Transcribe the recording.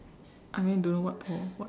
I mean I don't know what Paul what